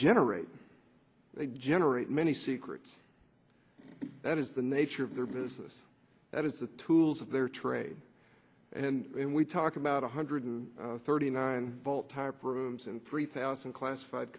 generate they generate many secrets that is the nature of their business that is the tools of their trade and we talk about one hundred thirty nine volt type rooms and three thousand classified